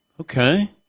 Okay